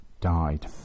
died